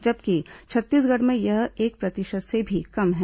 जबकि छत्तीसगढ़ में यह एक प्रतिशत से भी कम है